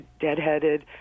deadheaded